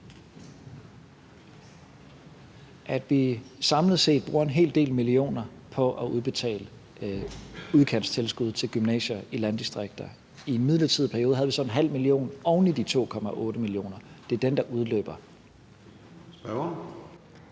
at vi samlet set bruger en hel del millioner på at udbetale udkantstilskud til gymnasier i landdistrikterne. I en midlertidig periode gav vi så en 0,5 mio. kr. oven i de 2,8 mio. kr., og det er den